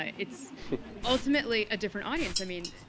it's ultimately a different audience. i mean,